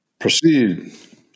proceed